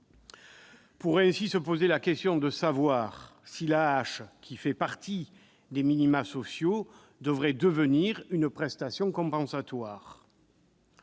Pourrait ainsi se poser la question de savoir si l'AAH, qui fait partie des minima sociaux, devrait devenir une prestation compensatoire.